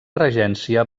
regència